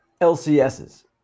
LCSs